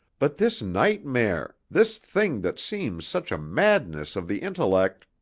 but this nightmare, this thing that seems such a madness of the intellect